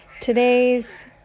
Today's